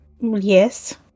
Yes